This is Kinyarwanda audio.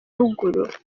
ruguru